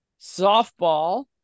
softball